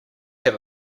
have